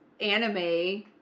anime